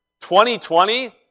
2020